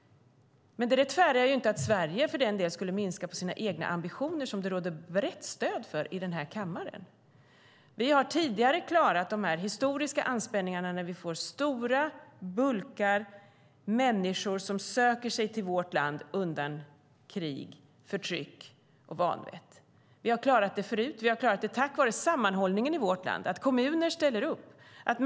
Men det rättfärdigar inte att Sverige skulle dra ned på sina ambitioner, ambitioner som det finns ett brett stöd för i denna kammare. Vi har historiskt klarat anspänningarna när stora mängder människor sökt sig till vårt land undan krig, förtryck och vanvett. Vi har klarat det tidigare tack vare sammanhållningen i vårt land. Vi har klarat det för att kommuner ställt upp.